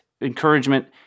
encouragement